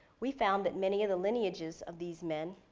we found that many of the lineages of these men,